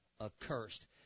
accursed